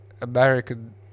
American